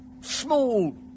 small